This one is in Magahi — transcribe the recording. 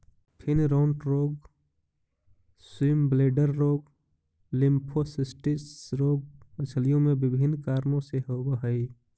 फिनराँट रोग, स्विमब्लेडर रोग, लिम्फोसिस्टिस रोग मछलियों में विभिन्न कारणों से होवअ हई